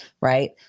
Right